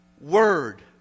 word